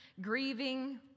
grieving